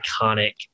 iconic